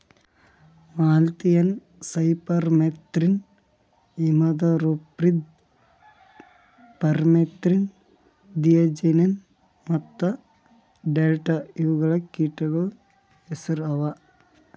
malathion, cypermethrin, imidacloprid, permethrin, diazinon ಮತ್ತ delta ಇವು ಕೀಟಗೊಳ್ದು ಹೆಸುರ್ ಅವಾ